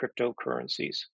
cryptocurrencies